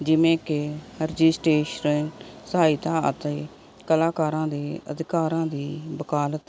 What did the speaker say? ਜਿਵੇਂ ਕਿ ਰਜਿਸ਼ਟਰੇਸ਼ਨ ਸਹਾਇਤਾ ਅਤੇ ਕਲਾਕਾਰਾਂ ਦੇ ਅਧਿਕਾਰਾਂ ਦੀ ਵਕਾਲਤ